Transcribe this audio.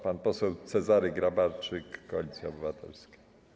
Pan poseł Cezary Grabarczyk, Koalicja Obywatelska.